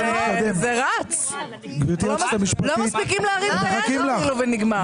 לא מספיקים להרים את היד וזה נגמר.